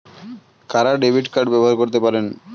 কারা debit card ব্যবহার করতে পারেন?